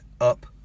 up